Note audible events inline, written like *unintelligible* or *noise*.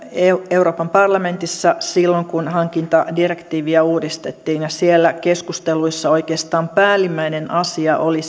euroopan parlamentissa silloin kun hankintadirektiiviä uudistettiin ja siellä keskusteluissa oikeastaan päällimmäinen asia oli *unintelligible*